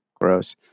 Gross